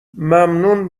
ممنون